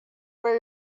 where